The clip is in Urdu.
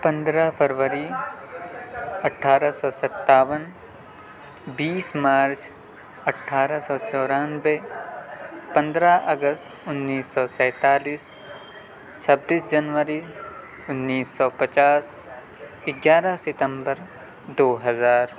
پندرہ فروری اٹھارہ سو ستاون بیس مارچ اٹھارہ سو چورانوے پندرہ اگست انّیس سو سینتالیس چھبیس جنوری انّیس سو پچاس اگیارہ ستمبر دو ہزار